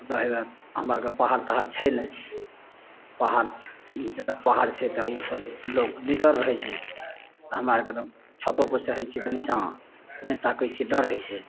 तऽ हेबे हमरा आओरके पहाड़ तहाड़ छै नहि पहाड़ जतऽ पहाड़ छै तऽ ओसब लोक निडर रहै छै आओर हमरा आओरके तऽ छतोपर चढ़ै छिए तऽ निच्चाँ नहि ताकै छिए डर होइ छै